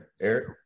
Eric